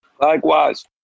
Likewise